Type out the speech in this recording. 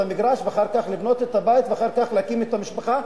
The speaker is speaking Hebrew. המגרש ואחר כך לבנות את הבית ואחר כך להקים משפחה,